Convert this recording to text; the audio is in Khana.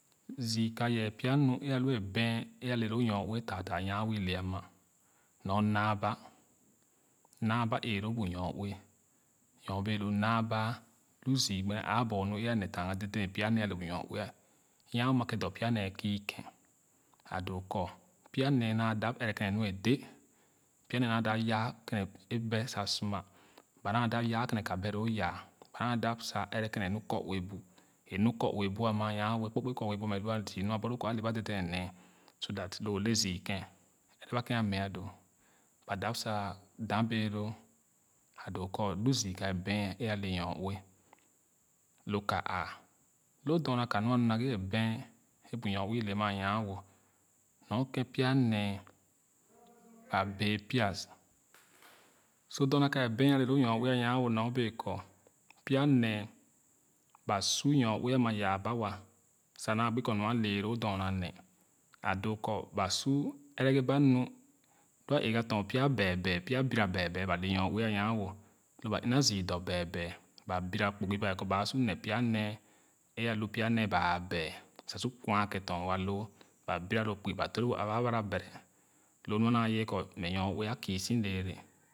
Zü ka ye pya nu e alu e bɛɛn e aleloonyoue taataa nwayo e ile ama nor naaba eeloo bu nyoue nyobee lo naaba lu zü gbene aa borou e anee tanga deden pya nee ale bu nyoue nyanwo ama ken dɔ pya nee kü ken a doo kɔ pya nee naa dap ɛrɛ kwene nu edee pya nee naa dap yaa kwen e bèè si sima ba naa da yaa kwene ka betoo yaa ba naa dap sa ɛrɛ kwene ka nu kɔue bu enu kɔue bu a nyanwo a kpo kpe kɔue bu e lu zia nu a bor loo kɔ ale ba deden nee so that loo le zü ken ɛrɛ ba ken a maah doo ba dap sa ua bee loo a doo kɔ lu zü ka e bɛɛn e ale nyoue lo ka àà lo dorna ka e alu ma ghe a bɛɛn e bu nyo ue ile ama a nyan wo nor keh pya nee baa bee pia so dorna ka e bɛɛn nyoue a nyan wo nɔa bee kɔ pya nee ba su nyoue ama yaa ba wa sa naa gbu kɔ ba su ɛgere ba nu lo a ɛga tɔn pya bɛɛbɛɛ pya bira bɛɛbɛɛ ba le nyoue any an wo lo ba ina zü dɔ bɛɛbɛɛ ba bira kpugo ba wɛɛ kɔ ba a su ne pya nee e alu pya wee ba abɛɛ sa su kwan kentɔn wa loo babaria lo kpugi ba ture bu a bara bere lo nɔa aye kɔ mɛ nyoue akü si lɛɛrɛ